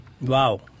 Wow